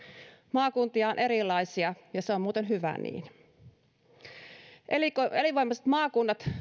maakuntia on erilaisia ja se on muuten hyvä niin elinvoimaiset maakunnat